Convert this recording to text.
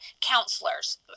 counselors